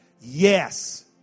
Yes